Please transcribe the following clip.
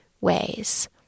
ways